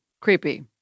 Creepy